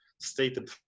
stated